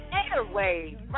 airwaves